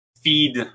feed